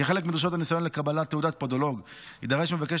כחלק מדרישות הניסיון לקבלת תעודת פודולוג יידרש מבקש